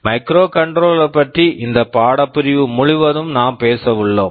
microcontroller microcontroller பற்றி இந்த பாடப்பிரிவு முழுவதும் நாம் பேச உள்ளோம்